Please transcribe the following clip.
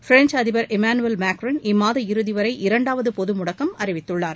French அதிபர் இம்மானுவேல் மக்ரோன் இம்மாத இறுதிவளர இரண்டாவது பொது முடக்கம் அறிவித்துள்ளார்